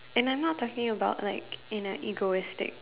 and I'm not talking about like in a egoistic